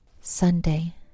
Sunday